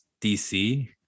dc